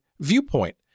viewpoint